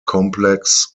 complex